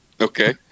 Okay